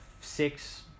six